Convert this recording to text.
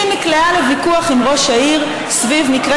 היא נקלעה לוויכוח עם ראש העיר סביב מקרה